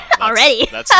already